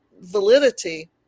validity